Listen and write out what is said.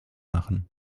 machen